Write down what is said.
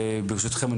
ברשותכם,